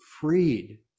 freed